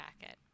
jacket